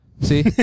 See